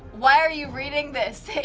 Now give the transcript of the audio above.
why are you reading this?